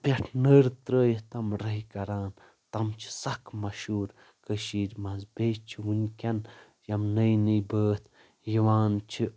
پٮ۪ٹھ نٔر ترٲیِتھ تم رٔحۍ کَران تم چھِ سکھ مشہوٗر کٔشیٖرِ منٛز بیٚیہِ چھِ وٕنکٮ۪ن یم نٔے نٔے بٲتھ یِوان چھِ